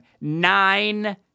Nine